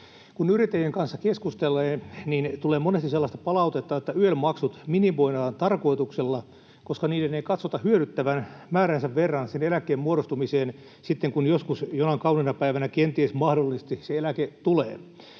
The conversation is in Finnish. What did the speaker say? Kun yrittäjien kanssa keskustelee, niin tulee monesti sellaista palautetta, että YEL-maksut minimoidaan tarkoituksella, koska niiden ei katsota hyödyttävän määränsä verran sen eläkkeen muodostumiseen sitten, kun joskus jonain kauniina päivänä kenties se eläke tulee,